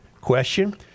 Question